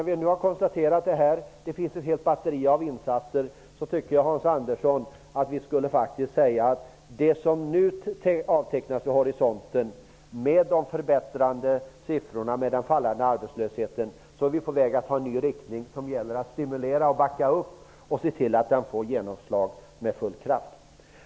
Vi kan konstatera att det finns ett helt batteri med insatser, och jag tycker, Hans Andersson, att vi med den minskande arbetslöshet som nu avtecknas vid horisonten är på väg i rätt riktning. Det gäller att backa upp dessa insatser och ge dem genomslag med full kraft.